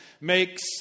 makes